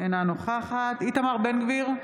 אינה נוכחת איתמר בן גביר,